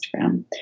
Instagram